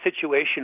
situation